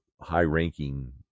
high-ranking